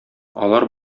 алар